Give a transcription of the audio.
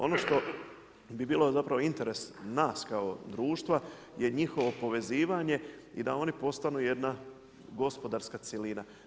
Ono što bi bilo zapravo interes nas kao društva, je njihovo povezivanje i da oni postanu jedna gospodarska cjelina.